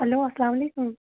hello اسلام علیکُم